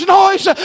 noise